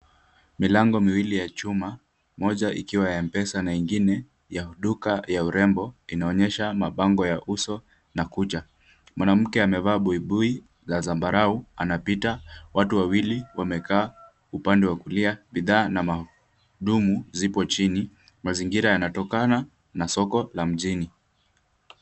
Milango miwili ya chuma, moja ikiwa ya M-pesa na nyingine ya duka ya urembo inaonyesha mabango ya uso na kucha. Mwanamke amevaa buibui la zambarau anapita, watu wawili wamekaa upande wa kulia, bidhaa na maudumu zipo chini. Mazingira yanatokana na soko la mjini.